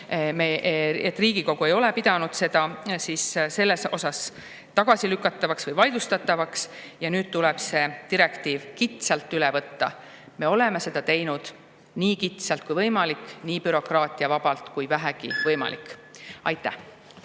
Riigikogu ei ole pidanud seda tagasilükatavaks või vaidlustatavaks, ja nüüd tuleb see direktiiv kitsalt üle võtta. Me oleme seda teinud nii kitsalt kui võimalik, nii bürokraatiavabalt kui vähegi võimalik. Aitäh!